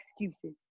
excuses